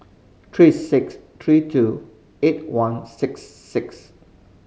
three six three two eight one six six